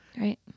Right